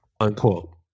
Unquote